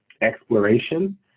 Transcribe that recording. exploration